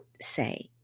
say